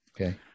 Okay